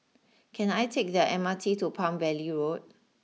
can I take the M R T to Palm Valley Road